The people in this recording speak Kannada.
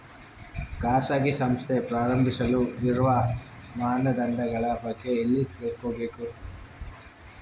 ಖಾಸಗಿ ಸಂಸ್ಥೆ ಪ್ರಾರಂಭಿಸಲು ಇರುವ ಮಾನದಂಡಗಳ ಬಗ್ಗೆ ಎಲ್ಲಿ ತಿಳ್ಕೊಬೇಕು?